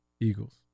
Eagles